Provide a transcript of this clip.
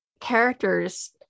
characters